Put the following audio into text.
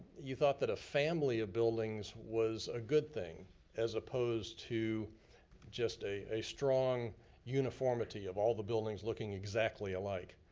you thought that a family of buildings was a good thing as opposed to just a a strong uniformity of all the buildings looking exactly alike.